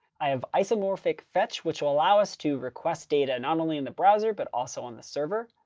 i have isomorphic fetch which will allow us to request data, not only in the browser, but also on the server.